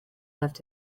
left